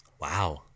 Wow